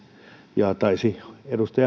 ja taisi edustaja